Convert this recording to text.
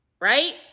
right